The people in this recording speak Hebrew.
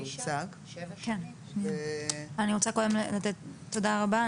תודה רבה.